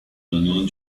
donnons